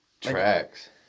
tracks